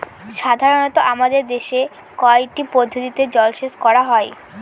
সাধারনত আমাদের দেশে কয়টি পদ্ধতিতে জলসেচ করা হয়?